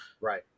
Right